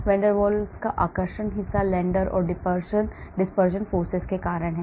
van der Waals का आकर्षक हिस्सा London or dispersion forces के कारण है